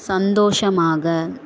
சந்தோஷமாக